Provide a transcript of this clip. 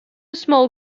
small